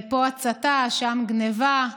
פה הצתה, שם גנבה.